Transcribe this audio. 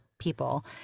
people